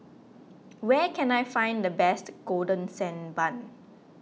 where can I find the best Golden Sand Bun